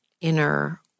inner